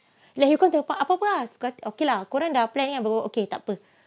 like he will come to a point apa-apa suka hati okay lah korang dah plan kan okay okay tak apa